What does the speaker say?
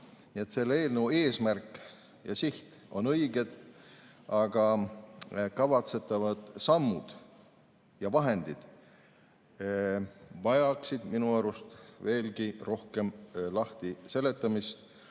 Nii et selle eelnõu eesmärk ja siht on õiged. Aga kavatsetavad sammud ja vahendid vajaksid minu arust veelgi rohkem lahtiseletamist